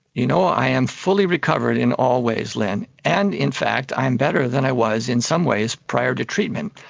you know, i am fully recovered in all ways, lynne, and in fact i'm better than i was in some ways prior to treatment.